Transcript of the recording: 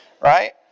right